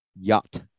Yacht